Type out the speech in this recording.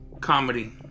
comedy